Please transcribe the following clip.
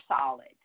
solid